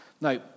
Now